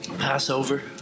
Passover